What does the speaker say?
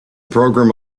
program